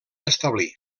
establir